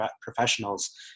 professionals